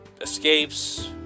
escapes